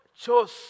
chose